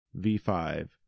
V5